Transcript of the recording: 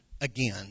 again